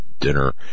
dinner